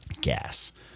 Gas